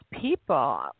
people